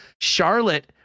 Charlotte